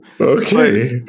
Okay